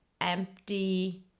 empty